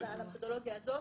המתודולוגיה הזאת.